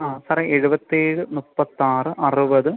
ആ സാറേ എഴുപത്തേഴ് മുപ്പത്താറ് അറുപത്